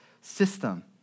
system